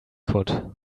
could